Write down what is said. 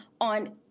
on